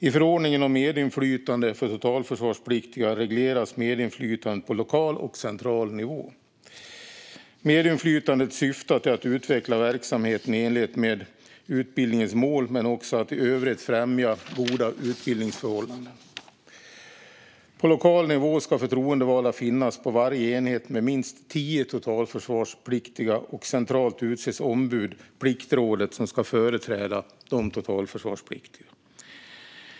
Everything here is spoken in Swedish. I förordningen om medinflytande för totalförsvarspliktiga regleras medinflytandet på lokal och central nivå. Medinflytandet syftar till att utveckla verksamheten i enlighet med utbildningens mål men också att i övrigt främja goda utbildningsförhållanden. På lokal nivå ska förtroendevalda finnas på varje enhet med minst tio totalförsvarspliktiga, och centralt utses ombud - Pliktrådet - som ska företräda de totalförsvarspliktiga.